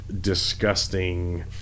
disgusting